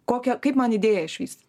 kokią kaip man idėją išvystyti